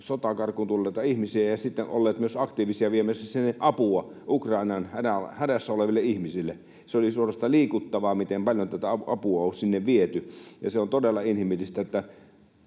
sotaa karkuun tulleita ihmisiä että olleet myös aktiivisia viemässä sinne apua Ukrainan hädässä oleville ihmisille. Oli suorastaan liikuttavaa, miten paljon apua on sinne viety. Se on todella inhimillistä, että